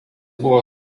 buvo